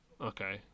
okay